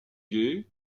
gay